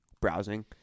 browsing